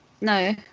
No